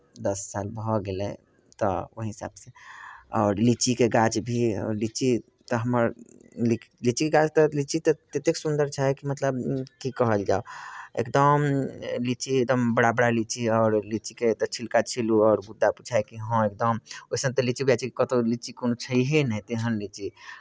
दस साल भऽ गेलै तऽ ओही हिसाबसँ आओर लीचीके गाछ भी लीची तऽ हमर लीची गाछ तऽ लीची तऽ ततेक सुन्दर छै कि मतलब की कहल जाउ एकदम लीची एकदम बड़ा बड़ा लीची आओर ओ लीचीके तऽ छिलका छीलू आओर गुद्दा बुझाय कि हँ एकदम ओहिसन तऽ लीची उएह छै कि कतहु लीची कोनो छहिए नहि तेहन लीची